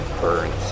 burns